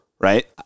right